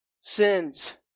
sins